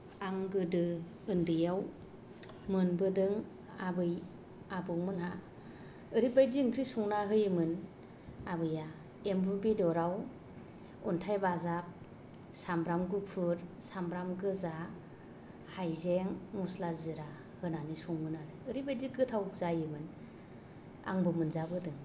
आं गोदो ओन्दैयाव मोनबोदों आबै आबौमोनहा ओरैबायदि ओंख्रि संना होयोमोन आबैया एम्बु बेदराव अन्थाइ बाजाब सामब्राम गुफुर सामब्राम गोजा हायजें मसला जिरा होनानै सङोमोन आरो ओरैबायदि गोथाव जायोमोन आंबो मोनजाबोदों